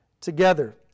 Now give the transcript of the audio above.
together